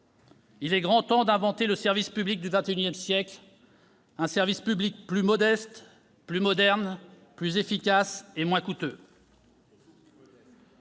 Il est grand temps d'inventer le service public du XXI siècle : plus modeste, plus moderne, plus efficace et moins coûteux.